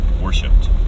worshipped